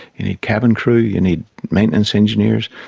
you need cabin crew, you need maintenance engineers.